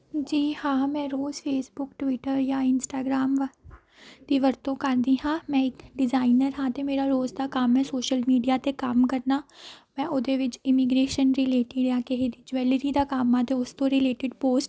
ਜੀ ਹਾਂ ਮੈਂ ਰੋਜ਼ ਫੇਸਬੁੱਕ ਟਵਿੱਟਰ ਜਾਂ ਇੰਸਟਾਗ੍ਰਾਮ ਦੀ ਵਰਤੋਂ ਕਰਦੀ ਹਾਂ ਮੈਂ ਇੱਕ ਡਿਜ਼ਾਈਨਰ ਹਾਂ ਅਤੇ ਮੇਰਾ ਰੋਜ਼ ਦਾ ਕੰਮ ਹੈ ਸੋਸ਼ਲ ਮੀਡੀਆ 'ਤੇ ਕੰਮ ਕਰਨਾ ਮੈਂ ਉਹਦੇ ਵਿੱਚ ਇਮੀਗ੍ਰੇਸ਼ਨ ਰਿਲੇਟਿਡ ਆ ਕਿਸੇ ਦੀ ਜੁਐਲਰੀ ਦਾ ਕੰਮ ਆ ਅਤੇ ਉਸ ਤੋਂ ਰਿਲੇਟਿਡ ਪੋਸਟ